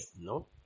no